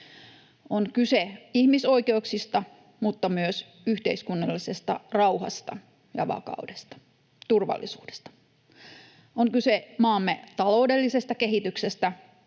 On kyse ihmisoikeuksista mutta myös yhteiskunnallisesta rauhasta ja vakaudesta, turvallisuudesta. On kyse maamme taloudellisesta kehityksestä,